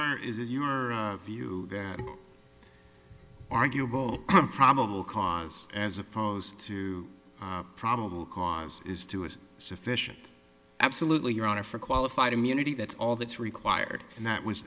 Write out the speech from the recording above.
are is it your view that arguable probable cause as opposed to probable cause is to is sufficient absolutely your honor for qualified immunity that's all that's required and that